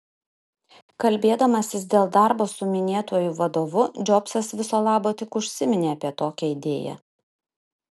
kalbėdamasis dėl darbo su minėtuoju vadovu džobsas viso labo tik užsiminė apie tokią idėją